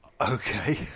Okay